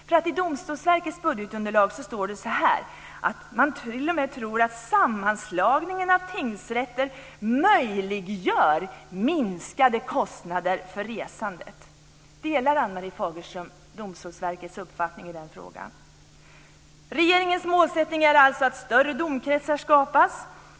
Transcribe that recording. I Domstolsverkets budgetunderlag står det att man t.o.m. tror att sammanslagningen av tingsrätter möjliggör minskade kostnader för resandet. Delar Ann-Marie Fagerström Domstolsverkets uppfattningen i den frågan? Regeringens målsättning är alltså att större domkretsar skapas.